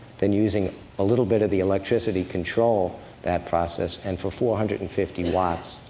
then using a little bit of the electricity control that process, and for four hundred and fifty watts,